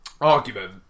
Argument